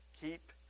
keep